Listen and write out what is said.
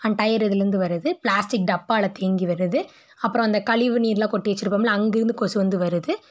அந்த டயர் இதுலேருந்து வருது பிளாஸ்டிக் டப்பாவில் தேங்கி வருது அப்பறம் அந்த கழிவு நீர்லாம் கொட்டி வச்சிருப்போம்ல அங்கேருந்து கொசு வந்து வருது